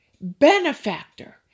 benefactor